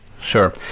Sure